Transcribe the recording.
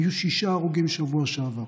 היו שישה הרוגים בשבוע שעבר.